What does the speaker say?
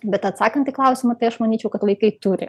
bet atsakant į klausimą tai aš manyčiau kad vaikai turi